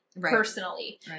personally